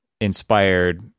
inspired